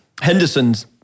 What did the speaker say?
Henderson's